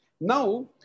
Now